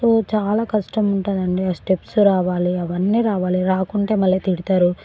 so చాలా కష్టం ఉంటుందండి ఆ స్టెప్స్ రావాలి అవన్నీ రావాలి రాకుంటే మళ్ళీ తిడతారు